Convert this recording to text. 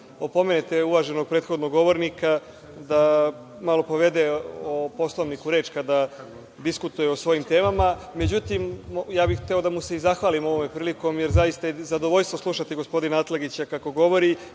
opomenete uvaženog prethodnog govornika, da malo povede računa o Poslovniku kada diskutuje o svojim temama. Međutim, hteo bih i da mu se zahvalim ovom prilikom, jer zaista je zadovoljstvo slušati gospodina Atlagića kako